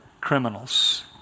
criminals